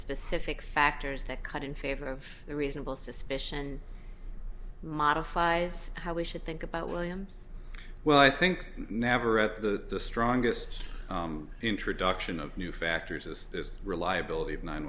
specific factors that come in favor of the reasonable suspicion modifies how we should think about williams well i think navarrette the strongest introduction of new factors is this reliability of nine